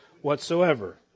whatsoever